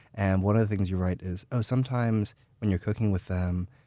and one of the things you write is, ah sometimes when you're cooking with them,